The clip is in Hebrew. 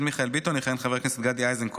מיכאל ביטון יכהן חבר הכנסת גדי איזנקוט,